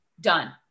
done